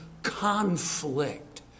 conflict